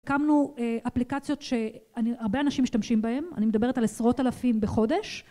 קמנו אפליקציות שהרבה אנשים משתמשים בהן, אני מדברת על עשרות אלפים בחודש.